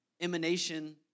emanation